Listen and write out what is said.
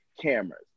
cameras